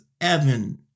evan